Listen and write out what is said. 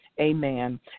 amen